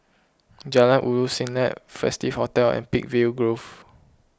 Jalan Ulu Siglap Festive Hotel and Peakville Grove